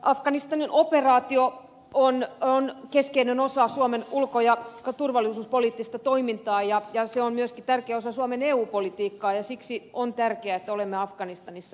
afganistanin operaatio on keskeinen osa suomen ulko ja turvallisuuspoliittista toimintaa ja se on myöskin tärkeä osa suomen eu politiikkaa ja siksi on tärkeää että olemme afganistanissa